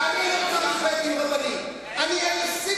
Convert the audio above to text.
כי אני לא צריך בית-דין רבני.